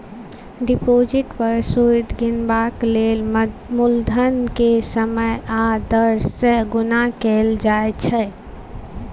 deposit पर सुदि गिनबाक लेल मुलधन केँ समय आ दर सँ गुणा कएल जाइ छै